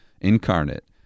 incarnate